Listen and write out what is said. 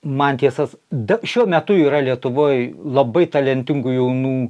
man tiesas bet šiuo metu yra lietuvoj labai talentingų jaunų